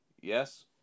Yes